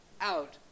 out